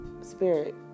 Spirit